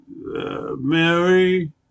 Mary